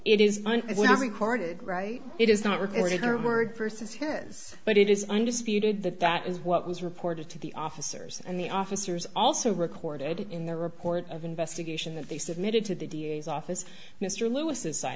was recorded right it is not recorded her word versus heads but it is undisputed that that is what was reported to the officers and the officers also recorded it in their report of investigation that they submitted to the d a s office mr lewis's side